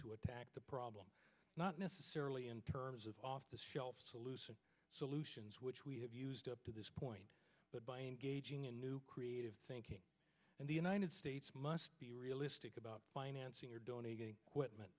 to attack the problem not necessarily in terms of off the shelf solution solutions which we have used up to this point but by engaging in new creative thinking and the united states must be realistic about financing you're donating